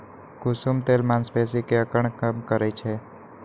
कुसुम तेल मांसपेशी के अकड़न कम करई छई